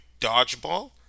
dodgeball